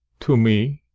to me?